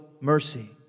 mercy